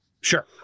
Sure